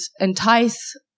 entice